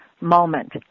moment